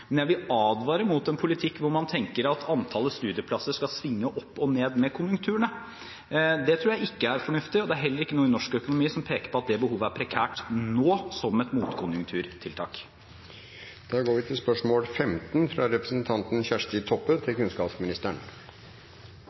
men jeg vil advare mot en politikk hvor man tenker at antallet studieplasser skal svinge opp og ned med konjunkturene. Det tror jeg ikke er fornuftig, og det er heller ikke noe i norsk økonomi som peker på at det behovet er prekært nå som et